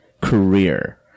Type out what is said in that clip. career